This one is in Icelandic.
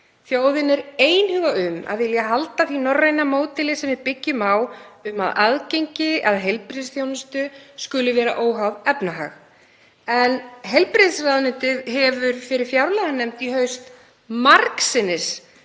Þjóðin er einhuga um að vilja halda því norræna módeli sem við byggjum á um að aðgengi að heilbrigðisþjónustu skuli vera óháð efnahag. En heilbrigðisráðuneytið hefur fyrir fjárlaganefnd í haust margsinnis